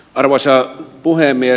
arvoisa puhemies